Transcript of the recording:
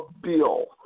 bill